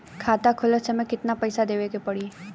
खाता खोलत समय कितना पैसा देवे के पड़ी?